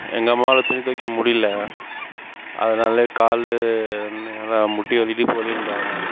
எங்கள் அம்மாவால் துணி துவைக்க முடியல அதனால் கால் முட்டி வலி இடுப்பு வலின்றாங்க